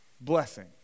blessing